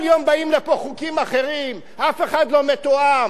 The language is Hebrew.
כל יום באים לפה חוקים אחרים, אף אחד לא מתואם.